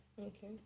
Okay